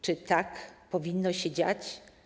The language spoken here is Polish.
Czy tak powinno się dziać?